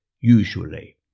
usually